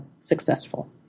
successful